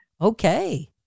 Okay